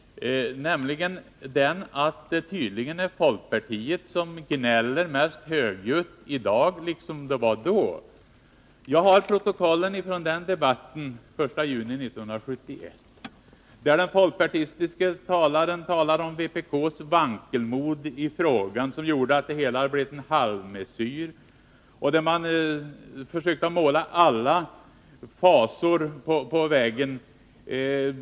Det är tydligen folkpartiet som gnäller mest högljutt i dag liksom då. Jag har protokollet från den debatten, den 1 juni 1971. Den folkpartistiske talaren talar där om vpk:s vankelmod i frågan, som han menade gjorde att det blev en halvmesyr. Han försökte måla alla möjliga fasor på väggen.